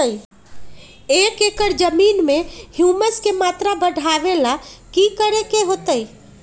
एक एकड़ जमीन में ह्यूमस के मात्रा बढ़ावे ला की करे के होतई?